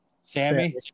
Sammy